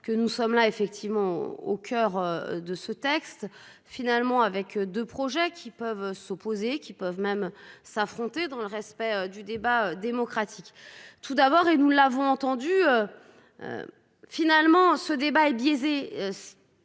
que nous sommes là effectivement au coeur de ce texte finalement avec 2 projets qui peuvent s'opposer qui peuvent même s'affronter dans le respect du débat démocratique. Tout d'abord, et nous l'avons entendu. Finalement, ce débat est biaisé.